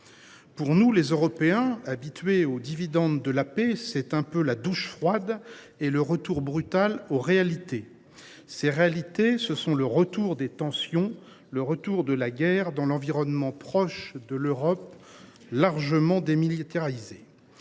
Pour nous, les Européens, habitués aux dividendes de la paix, c’est la douche froide et le retour brutal aux réalités. Ces réalités, c’est le retour des tensions et de la guerre dans l’environnement proche de l’Europe largement démilitarisée.